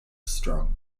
strong